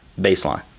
baseline